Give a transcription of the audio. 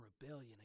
rebellion